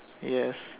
yes